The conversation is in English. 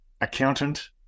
accountant